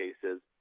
cases